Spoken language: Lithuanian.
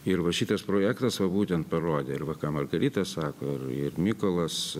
ir va šitas projektas va būtent parodė ir va ką margarita sako ir ir mykolas